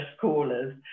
callers